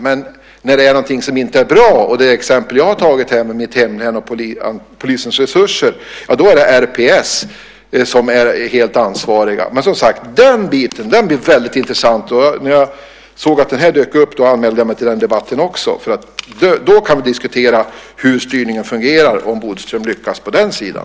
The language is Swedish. Men när det är någonting som inte är bra, som i det exempel jag har tagit här med mitt hemlän och polisens resurser, är det RPS som är helt ansvarigt. Den biten blir väldigt intressant att diskutera. När jag såg att den frågan dök upp anmälde jag mig också till den debatten. Då kan vi diskutera hur styrningen fungerar och om Bodström lyckas på den sidan.